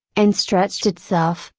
and stretched itself,